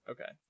Okay